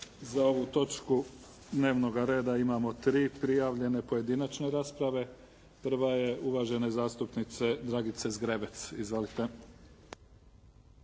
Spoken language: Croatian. za ovu točku dnevnoga reda, imamo tri prijavljene pojedinačne rasprave. Prva je uvažena zastupnica Dragica Zgrebec. Izvolite.